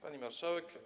Pani Marszałek!